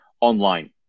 online